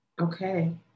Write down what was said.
okay